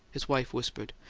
his wife whispered.